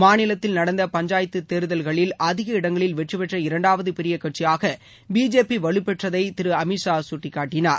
மாநிலத்தில் நடந்த பஞ்சாயத்து தேர்தல்களில் அதிக இடங்களில் வெற்றிபெற்ற இரண்டாவது பெரிய கட்சியாக பிஜேபி வலுப்பெற்றதை திரு அமித்ஷா சுட்டிக்காட்டினார்